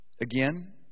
Again